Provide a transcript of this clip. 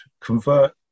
convert